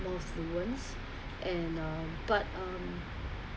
more fluent and um but um